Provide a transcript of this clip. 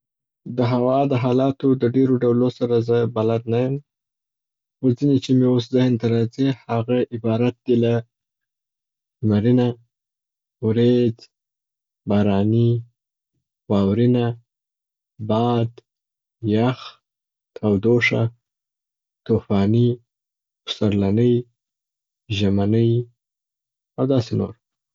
د هوا د حالاتو د ډېرو ډولو سره زه بلد نه یم، خو ځیني چې مي اوس ذهن ته راځي هغه عبارت دي له، لمرینه، وریځ، باراني، واورینه، باد، یخ، تودوښه، طوفاني، پسرلنۍ، ژمنۍ او داسي نور.